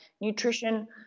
nutrition